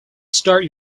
start